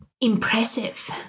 impressive